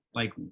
like,